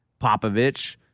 Popovich